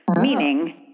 Meaning